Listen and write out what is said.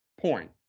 point